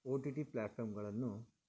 OTT ಫ್ಲ್ಯಾಟ್ಫಾರ್ಮ್ಗಳನ್ನು